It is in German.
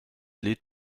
lied